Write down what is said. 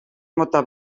mota